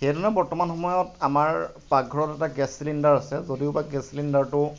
সেইধৰণে বৰ্তমান সময়ত আমাৰ পাকঘৰত এটা গেছ চিলিণ্ডাৰ আছে যদিওবা গেছ চিলিণ্ডাৰটো